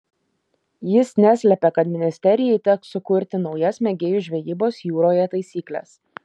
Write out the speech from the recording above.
jis neslėpė kad ministerjai teks sukurti naujas mėgėjų žvejybos jūroje taisykles